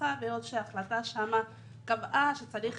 במשפחה בעוד שההחלטה שם קבעה שצריך